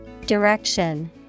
Direction